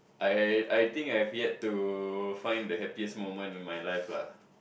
I I think I've yet to find the happiest moment in my life lah